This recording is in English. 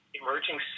emerging